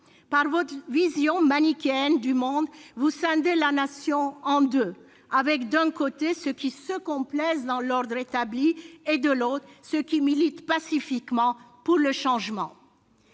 Par votre vision manichéenne du monde, vous scindez la Nation en deux, avec, d'un côté, ceux qui se complaisent dans l'ordre établi, et, de l'autre, ceux qui militent pacifiquement pour le changement.